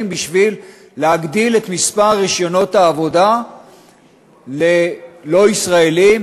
בשביל להגדיל את מספר רישיונות העבודה ללא ישראלים,